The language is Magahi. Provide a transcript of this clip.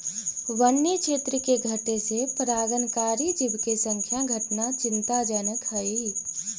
वन्य क्षेत्र के घटे से परागणकारी जीव के संख्या घटना चिंताजनक हइ